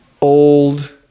old